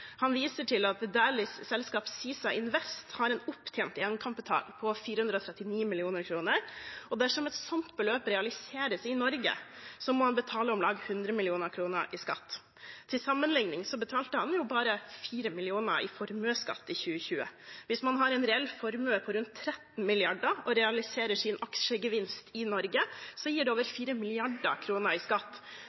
Han viser til at Dæhlis selskap, Sisa Invest, har en opptjent egenkapital på 439 mill. kr, og at dersom et slikt beløp realiseres i Norge, må han betale om lag 100 mill. kr i skatt. Til sammenlikning betalte han bare 4 mill. kr i formuesskatt i 2020. Hvis man har en reell formue på rundt 13 mrd. kr og realiserer aksjegevinsten i Norge, gir det over 4 mrd. kr i skatt.